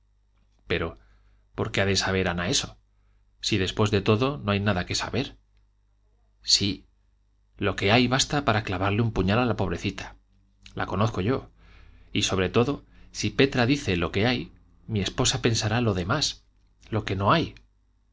pero por qué ha de saber ana eso si después de todo no hay nada que saber sí lo que hay basta para clavarle un puñal a la pobrecita la conozco yo y sobre todo si petra dice lo que hay mi esposa pensará lo demás lo que no hay